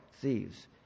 thieves